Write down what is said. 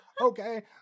okay